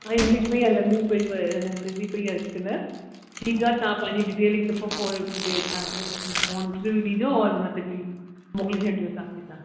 हा इंग्लिश में ई हलंदियूं हले थी पई अॼुकल्ह ठीकु आहे तव्हां पंहिंजी डिटेल हिकु दफ़ो फ़ोन ते बि ॾिजो और हुन ते बि मोकिले छॾिजो असांखे तव्हां